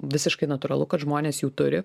visiškai natūralu kad žmonės jų turi